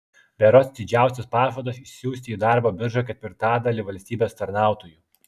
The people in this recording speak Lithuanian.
berods didžiausias pažadas išsiųsti į darbo biržą ketvirtadalį valstybės tarnautojų